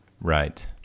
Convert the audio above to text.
Right